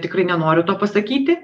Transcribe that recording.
tikrai nenoriu to pasakyti